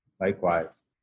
likewise